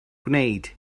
gwneud